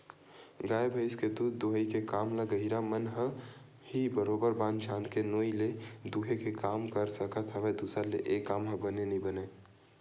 गाय भइस के दूद दूहई के काम ल गहिरा मन ह ही बरोबर बांध छांद के नोई ले दूहे के काम कर सकत हवय दूसर ले ऐ काम ह बने नइ बनय